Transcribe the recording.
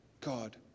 God